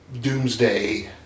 Doomsday